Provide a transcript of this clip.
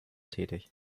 tätig